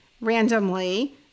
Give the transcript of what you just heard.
randomly